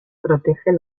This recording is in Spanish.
protege